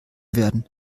werden